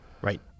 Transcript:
Right